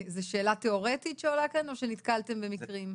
שאלה תיאורטית שעולה כאן או שנתקלתם במקרים?